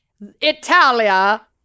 Italia